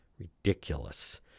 ridiculous